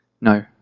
No